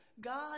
God